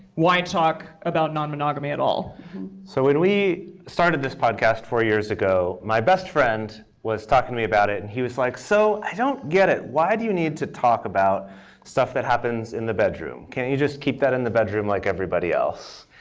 why talk about non-monogamy at all? jase lindgren so when we started this podcast four years ago, my best friend was talking to me about it. and he was like, so i don't get it. why do you need to talk about stuff that happens in the bedroom? can't you just keep that in the bedroom like everybody else?